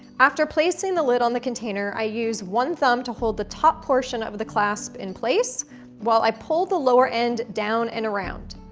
after placing the lid on the container, i use one thumb to hold the top portion of the clasp in place while i pull the lower end down and around.